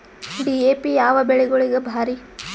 DAP ಯಾವ ಬೆಳಿಗೊಳಿಗ ಭಾರಿ?